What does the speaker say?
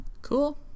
cool